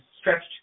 stretched